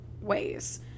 ways